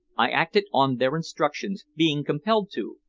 i acted on their instructions, being compelled to,